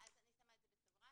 אני שמה את זה בסוגריים.